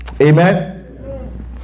Amen